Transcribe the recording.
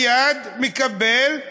מייד אומרים